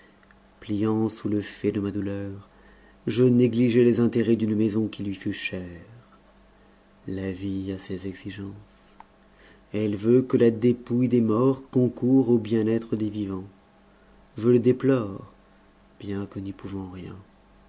pliant sous le faix de ma douleur je négligeais les intérêts d'une maison qui lui fut chère la vie a ses exigences elle veut que la dépouille des morts concoure au bien-être des vivants je le déplore bien que n'y pouvant rien